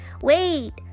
Wait